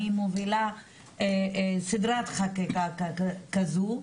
אני מובילה סדרת חקיקה כזו,